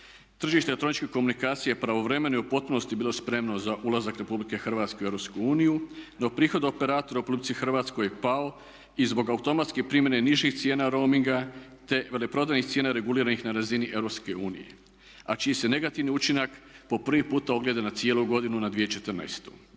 Tržište elektroničkih komunikacija je pravovremeno i u potpunosti bilo spremno za ulazak RH u EU, no prihod operatora u RH je pao i zbog automatske primjene nižih cijena roaminga te veleprodajnih cijena reguliranih na razini EU a čiji se negativni učinak prvi puta ogledao na cijelu godinu na 2014.